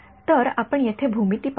तर आपण येथे भूमिती पाहू